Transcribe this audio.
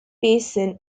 basin